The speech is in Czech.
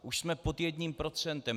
Už jsme pod jedním procentem.